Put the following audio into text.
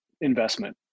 investment